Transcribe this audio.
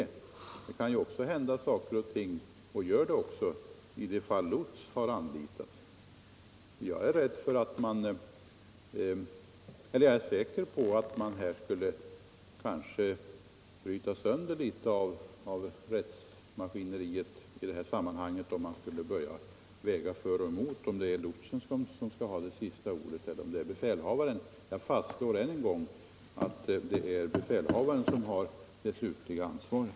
Det 9” Om skyldigheten att anlita lots kan hända saker och ting — och gör det också — även i de fall då lots har anlitats. Jag är säker på att man skulle bryta sönder litet av rättsmaskineriet i det här sammanhanget, om man skulle börja väga för och emot när det gäller frågan om lotsen eller befälhavaren skall ha sista ordet. Jag fastslår än en gång att det är befälhavaren som har det slutliga ansvaret.